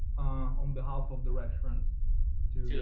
on behalf of the restaurant too.